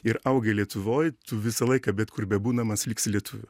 ir augai lietuvoj tu visą laiką bet kur bebūdamas liksi lietuviu